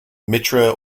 mitre